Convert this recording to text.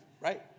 Right